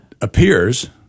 appears